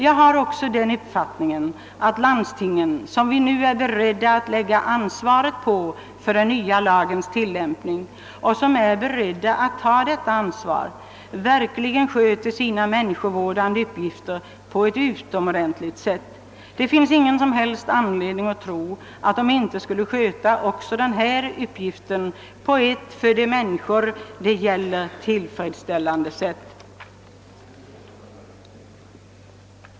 Jag har också den uppfattningen att landstingen — som vi ju är beredda att lägga ansvaret för den nya lagens tillämpning på och som är beredda att ta detta ansvar — verkligen sköter sina människovårdande uppgifter på ett utomordentligt sätt. Det finns ingen som helst anledning tro att landstingen inte skulle sköta också denna uppgift på ett, för de människor det gäller, riktigt sätt.